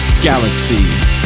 Galaxy